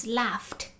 laughed